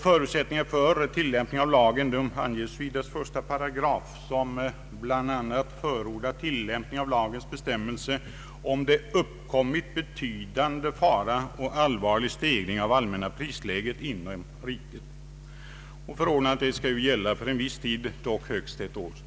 Förutsättningarna för och tillämpningen av lagen anges i dess 1 §, som bl.a. förordar tillämpning av lagens bestämmelser om det uppkommit betydande fara för allvarlig stegring av det allmänna prisläget inom riket. Förordnandet skall gälla för viss tid, dock högst ett år.